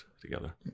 together